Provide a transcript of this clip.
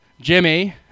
Jimmy